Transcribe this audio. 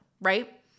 right